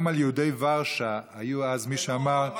גם על יהודי ורשה היו אז מי שאמרו,